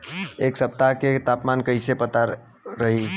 एह सप्ताह के तापमान कईसन रही?